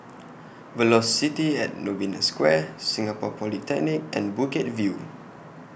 Velocity At Novena Square Singapore Polytechnic and Bukit View